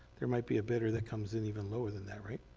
there might be a bidder that comes in even lower than that, right?